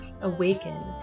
awaken